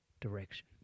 direction